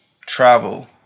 travel